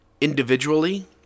individually